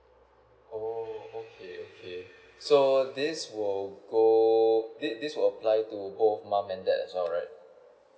oh okay okay so this will go this will apply to both mom and dad as well right